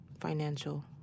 financial